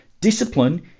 Discipline